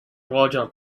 roger